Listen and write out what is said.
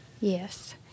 yes